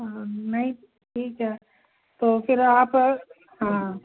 हाँ नहीं ठीक है तो फिर आप हाँ